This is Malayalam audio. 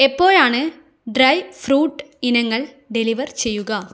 എപ്പോഴാണ് ഡ്രൈ ഫ്രൂട്ട് ഇനങ്ങൾ ഡെലിവർ ചെയ്യുക